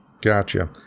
Gotcha